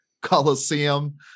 coliseum